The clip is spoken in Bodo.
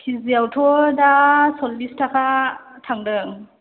केजिआवथ' दा सल्लिस थाखा थांदों